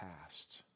past